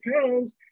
pounds